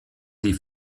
die